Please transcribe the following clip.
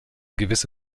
gewisse